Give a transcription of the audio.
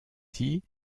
dit